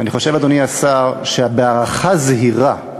ואני חושב, אדוני השר, בהערכה זהירה,